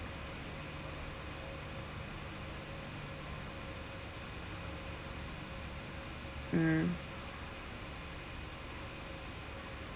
hmm